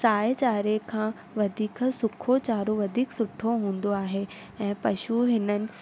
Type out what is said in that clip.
साए चारे खां वधीक सको चारो वधीक सुठो हूंदो आहे ऐं पशु हिननि